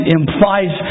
implies